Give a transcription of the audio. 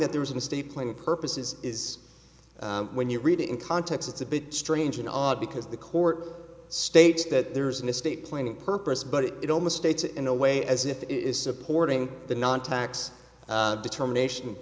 is an estate planning purposes is when you read it in context it's a bit strange an odd because the court states that there is an estate planning purpose but it almost states in a way as if it is supporting the non tax determination